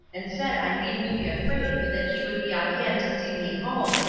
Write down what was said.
and said i needn't be afraid but that he would be on hand to see me home,